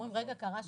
אומרים: קרה שם משהו.